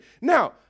Now